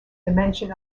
dimension